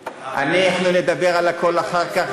אנחנו נדבר על הכול אחר כך,